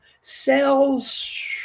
Cells